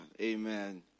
Amen